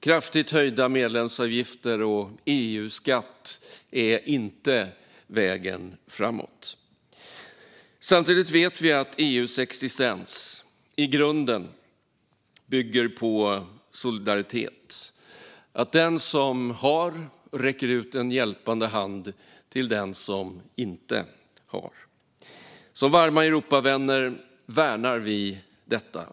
Kraftigt höjda medlemsavgifter och EU-skatt är inte vägen framåt. Samtidigt vet vi att EU:s existens i grunden bygger på solidaritet, att den som har räcker ut en hjälpande hand till den som inte har. Som varma Europavänner värnar vi detta.